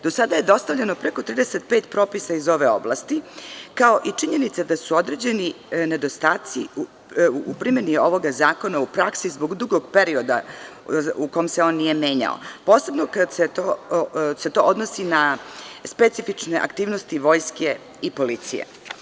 Do sada je dostavljeno preko 35 propisa iz ove oblasti, kao i činjenica da su određeni nedostaci u primeni ovoga zakona u praksi zbog dugog perioda u kom se on nije menjao, a posebno kada se to odnosi na specifične aktivnosti vojske i policije.